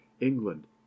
england